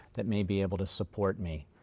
that may be able to support me?